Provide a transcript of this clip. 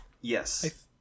yes